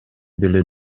деле